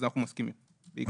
אנחנו מסכימים.